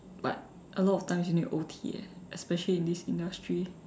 but a lot of time you need to O_T eh especially in this industry